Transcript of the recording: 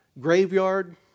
graveyard